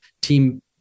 team